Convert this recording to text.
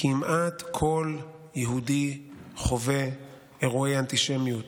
כמעט כל יהודי חווה אירועי אנטישמיות.